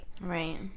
right